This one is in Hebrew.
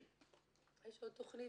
יש עוד תוכנית,